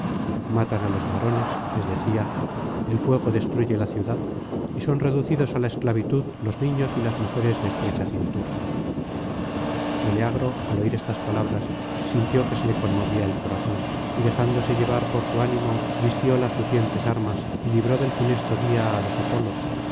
matan á los varones le decía el fuego destruye la ciudad y son reducidos á la esclavitud los niños y las mujeres de estrecha cintura meleagro al oir estas palabras sintió que se le conmovía el corazón y dejándose llevar por su ánimo vistió las lucientes armas y libró del funesto día á los